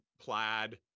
plaid